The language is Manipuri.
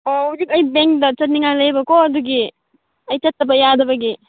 ꯑꯣ ꯍꯧꯖꯤꯛ ꯑꯩ ꯕꯦꯡꯗ ꯆꯠꯅꯤꯡꯉꯥꯏ ꯂꯩꯕꯀꯣ ꯑꯗꯨꯒꯤ ꯑꯩ ꯆꯠꯇꯕ ꯌꯥꯗꯕꯒꯤ